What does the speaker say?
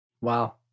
Wow